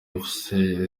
efuse